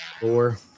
four